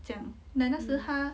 讲 like 那时她